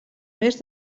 més